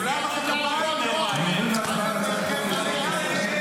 אנו עוברים להצבעה על הצעת חוק-יסוד: ישראל,